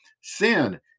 Sin